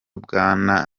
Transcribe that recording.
bwana